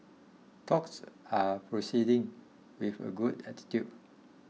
talks are proceeding with a good attitude